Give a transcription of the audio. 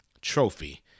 trophy